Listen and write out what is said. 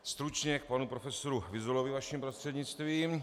Stručně k panu profesoru Vyzulovi vaším prostřednictvím.